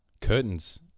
Curtains